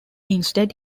instead